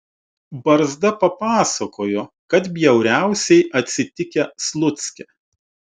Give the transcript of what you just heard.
barzda pasakojo kad bjauriausiai atsitikę slucke